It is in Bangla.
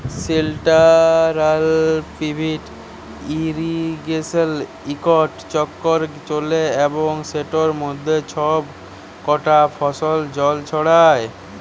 সেলটারাল পিভট ইরিগেসলে ইকট চক্কর চলে এবং সেটর মাধ্যমে ছব কটা ফসলে জল ছড়ায়